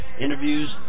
interviews